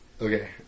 Okay